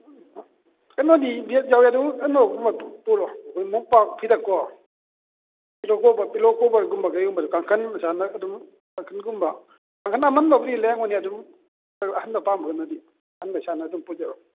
ꯀꯩꯅꯣꯗꯤ ꯕꯦꯠ ꯌꯥꯎꯔꯦ ꯑꯗꯨ ꯀꯩꯅꯣꯒꯨꯝꯕ ꯄꯣꯔꯛꯑꯣ ꯑꯩꯈꯣꯏ ꯃꯣꯄꯥꯛ ꯐꯤꯗꯛꯀꯣ ꯄꯤꯂꯣ ꯀꯣꯕꯔ ꯄꯤꯂꯣ ꯀꯣꯕꯔꯒꯨꯝꯕ ꯀꯩꯒꯨꯝꯕꯗꯣ ꯀꯥꯡꯈꯟ ꯏꯁꯥꯅ ꯑꯗꯨꯝ ꯀꯥꯡꯈꯟꯒꯨꯝꯕ ꯀꯥꯡꯈꯟ ꯑꯃꯟꯕꯨꯕꯗꯤ ꯂꯩꯔꯝꯒꯅꯤ ꯑꯗꯨꯝ ꯑꯗꯣ ꯑꯍꯟꯕ ꯄꯥꯝꯃꯒꯅꯗꯤ ꯑꯍꯟꯕ ꯏꯁꯥꯅ ꯑꯗꯨꯝ ꯄꯨꯖꯔꯛꯑꯣ